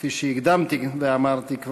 כפי שכבר הקדמתי ואמרתי,